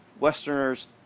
Westerners